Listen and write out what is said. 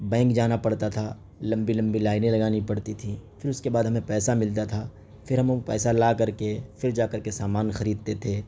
bank جانا پڑتا تھا لمبی لمبی لائنیں لگانی پڑتی تھیں پھر اس کے بعد ہمیں پیسہ ملتا تھا پھر ہم وہ پیسہ لا کر کے پھر جا کر کے سامان خریدتے تھے